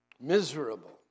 Miserable